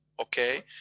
Okay